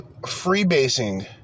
freebasing